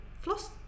floss